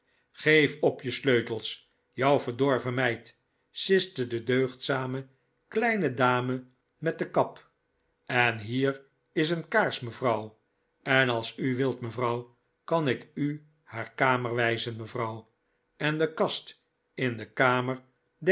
geef op je sleutels jou verdorven meid siste de deugdzame kleine dame met de kap en hier is een kaars mevrouw en als u wilt mevrouw kan ik u haar kamer wijzen mevrouw en de kast in de kamer